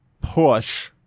push